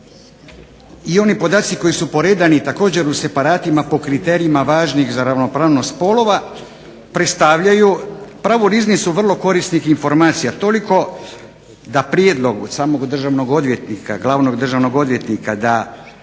i oni podaci koji su poredani također u separatima po kriterijima važnim za ravnopravnost spolova predstavljaju pravu riznicu vrlo korisnih informacija, toliko da prijedlogu samoga državnoga odvjetnika, glavnog državnog odvjetnika da